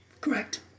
Correct